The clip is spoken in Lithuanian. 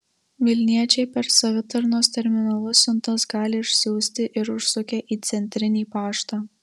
vilniečiai per savitarnos terminalus siuntas gali išsiųsti ir užsukę į centrinį paštą